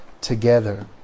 together